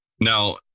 Now